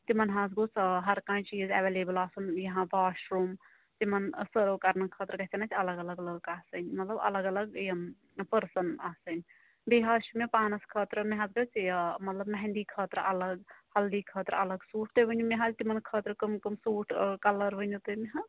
تِمن حظ گوژھ ہر کانٛہہ چیٖز ایولیبل آسُن یِہاں واشروٗم تِمن سٔرٕو کرنہٕ خٲطرٕ گَژھٮ۪ن اَسہِ الگ الگ لٕکۍ آسٕنۍ مطلب الگ الگ یِم پٔرسن آسٕنۍ بیٚیہِ حظ چھُ مےٚ پانٛس خٲطرٕ مےٚ حظ گٔژھ یہِ مطلب مہندی خٲطرٕ الگ ہلدی خٲطرٕ الگ سوٗٹھ تۄہہِ ؤنِو مےٚ حظ تِمن خٲطرٕ کٔمۍ کٔمۍ سوٗٹھ کلر ؤنِو تُہۍ مےٚ حظ